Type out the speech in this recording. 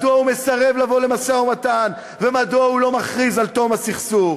מדוע הוא מסרב לבוא למשא-ומתן ומדוע הוא לא מכריז על תום הסכסוך.